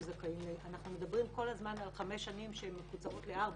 זכאים אנחנו מדברים כל הזמן על חמש שנים שמקוצרות לארבע,